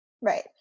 Right